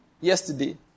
yesterday